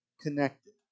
Connected